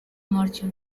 marcha